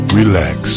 relax